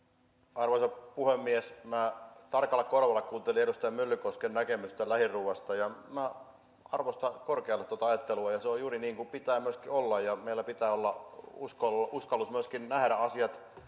arvoisa puhemies minä tarkalla korvalla kuuntelin edustaja myllykosken näkemystä lähiruuasta ja minä arvostan korkealle tuota ajattelua se on juuri niin kuin pitää myöskin olla meillä pitää olla uskallusta myöskin nähdä asiat